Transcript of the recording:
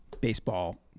baseball